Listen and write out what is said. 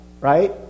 right